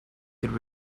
could